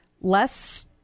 less